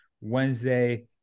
Wednesday